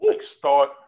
Start